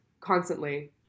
constantly